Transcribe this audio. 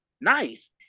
nice